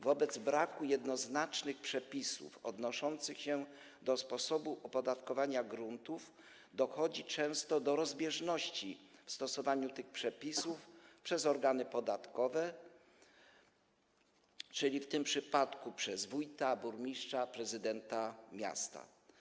Wobec braku jednoznacznych przepisów odnoszących się do sposobu opodatkowania gruntów dochodzi często do rozbieżności w ich stosowaniu przez organy podatkowe, czyli w tym przypadku przez wójta, burmistrza, prezydenta miasta.